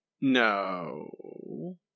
No